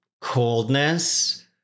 coldness